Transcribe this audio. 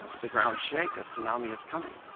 the ground shake, a tsunami is coming.